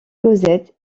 cosette